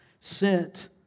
sent